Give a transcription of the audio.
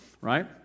right